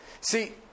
See